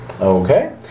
Okay